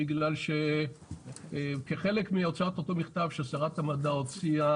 בגלל שכחלק מהוצאת אותו מכתב ששרת המדע הוציאה